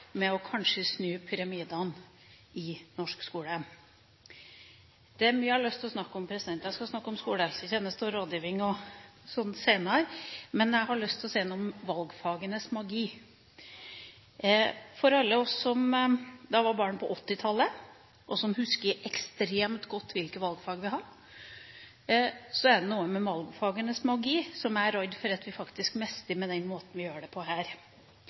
Jeg skal snakke om skolehelsetjeneste, rådgivning og sånt senere, men jeg har lyst til å si noe om valgfagenes magi. For alle oss som var barn på 1980-tallet, og som husker ekstremt godt hvilke valgfag vi hadde, er det noe med valgfagenes magi som jeg er redd for at vi faktisk mister med den måten vi gjør det på her.